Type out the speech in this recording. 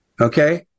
okay